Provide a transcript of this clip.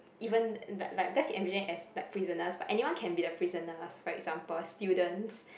even like like because envisioned as like prisoners but anyone can be the prisoners for example students